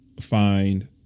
find